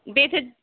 بیٚیہِ تھٲ